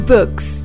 Books